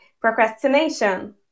procrastination